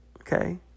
Okay